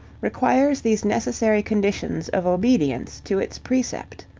requires these necessary conditions of obedience to its precept.